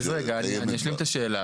אז רגע אני אשלים את השאלה,